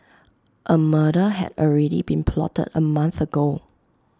A murder had already been plotted A month ago